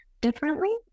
differently